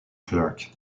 clerk